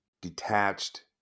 detached